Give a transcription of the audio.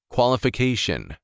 Qualification